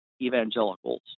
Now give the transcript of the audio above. evangelicals